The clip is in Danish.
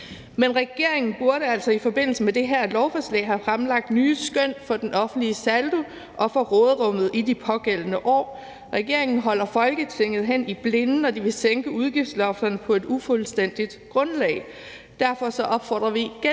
Men regeringen burde altså i forbindelse med det her lovforslag have fremlagt nye skøn for den offentlige saldo og for råderummet i de pågældende år. Regeringen holder Folketinget hen i blinde, når de vil sænke udgiftslofterne på et ufuldstændigt grundlag. Derfor opfordrer vi igen